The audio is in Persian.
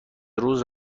روز